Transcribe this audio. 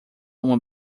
uma